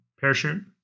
parachute